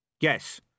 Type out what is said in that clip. Yes